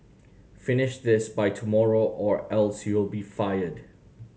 finish this by tomorrow or else you'll be fired